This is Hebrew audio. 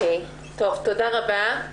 תודה רבה.